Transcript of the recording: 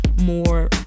more